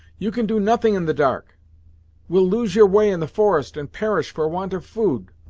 you can do nothing in the dark will lose your way in the forest, and perish for want of food.